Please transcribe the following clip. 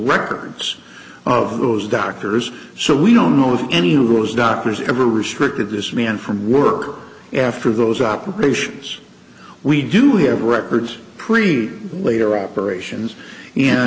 records of those doctors so we don't know if any was doctors ever restricted this man from work after those operations we do have records priem later operations and